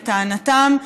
לטענתם,